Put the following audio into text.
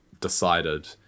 decided